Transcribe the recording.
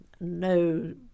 no